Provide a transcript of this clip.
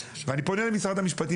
ואני פונה אל משרד המשפטים,